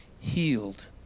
healed